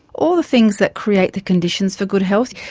all the things that create the conditions for good health.